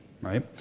right